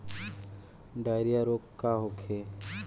Diarrhoea रोग का होखे?